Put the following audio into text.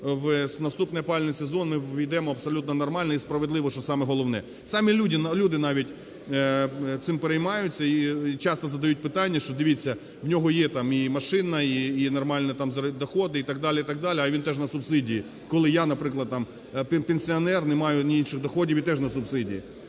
в наступний опалювальний сезон ми увійдемо абсолютно нормально і справедливо, що саме головне. Самі люди навіть цим переймаються і часто задають питання, що, дивіться, у нього є там і машина, і нормальний там доход і так далі, і так далі, а він теж на субсидії, коли я, наприклад, там пенсіонер не маю інших доходів і теж на субсидії.